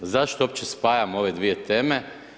Zašto uopće spajam ove dvije teme?